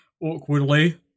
awkwardly